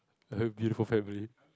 a beautiful family